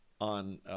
on